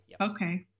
okay